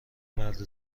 مرد